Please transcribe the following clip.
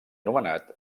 nomenat